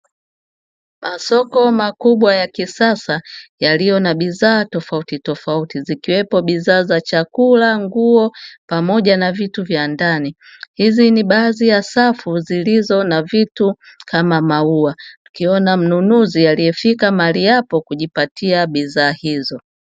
Masoko makubwa ya kisasa yaliyo na bidhaa tofautitofauti, zikiwemo bidhaa za chakula, nguo pamoja na vitu vya ndani; hizi ni baadhi ya safu zilizo na vitu kama maua kukiwa na mnunuzi aliyefika mahali hapo kujipatia bidhaa hizo.